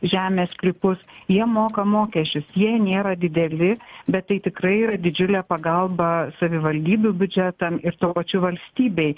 žemės sklypus jie moka mokesčius jie nėra dideli bet tai tikrai yra didžiulė pagalba savivaldybių biudžetam ir tuo pačiu valstybei